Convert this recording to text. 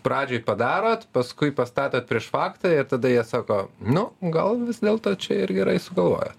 pradžiai padarot paskui pastatot prieš faktą ir tada jie sako nu gal vis dėlto čia ir gerai sugalvojot